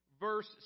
Verse